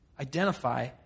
identify